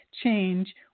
change